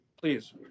please